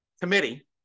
committee